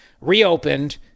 reopened